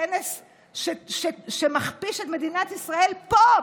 כנס שמכפיש את מדינת ישראל פה,